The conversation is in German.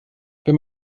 wenn